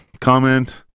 comment